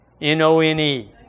N-O-N-E